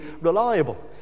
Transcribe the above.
reliable